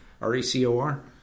R-E-C-O-R